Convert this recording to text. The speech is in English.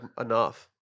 enough